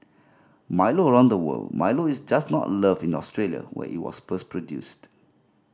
Milo around the world Milo is just not loved in Australia where it was first produced